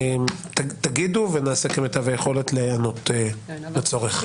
תגידו ונעשה כמיטב היכולת להיענות לצורך.